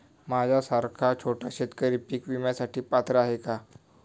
माझ्यासारखा छोटा शेतकरी पीक विम्यासाठी पात्र आहे का?